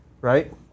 right